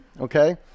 okay